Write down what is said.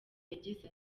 yagize